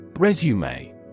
Resume